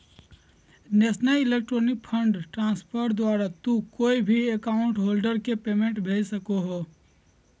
national electronic fund transfer द्वारा तू कोय भी अकाउंट होल्डर के पेमेंट भेज सको हो